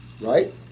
Right